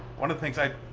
one of the things i,